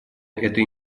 этой